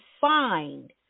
find